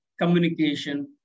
communication